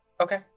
okay